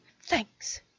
Thanks